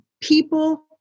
people